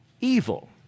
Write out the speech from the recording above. evil